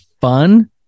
fun